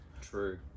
true